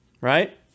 right